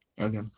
okay